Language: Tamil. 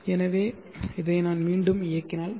எனவே இதை நான் மீண்டும் இயக்கினால் பி